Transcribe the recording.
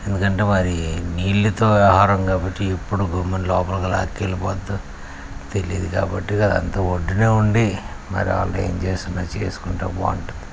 ఎందుకంటే వారి నీళ్ళతో ఆహారము కాబట్టి ఎప్పుడు గమ్మున లోపలికి లాక్కెళ్ళిపోతుందో తెలియదు కాబట్టి అది అంతా ఒడ్డునే ఉండి మరి వాళ్ళు ఏం చేస్తున్న చేసుకుంటే బాగుంటుంది